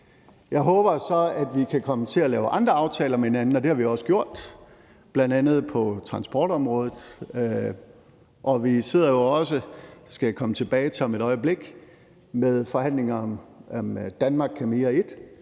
Jeg håber så, at vi kan komme til at lave andre aftaler med hinanden, og det har vi også gjort, bl.a. på transportområdet, og vi sidder jo også – det skal jeg komme